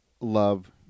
love